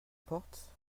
porte